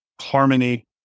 Harmony